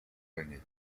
планете